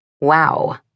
Wow